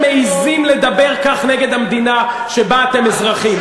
מעזים לדבר כך נגד המדינה שבה אתם אזרחים.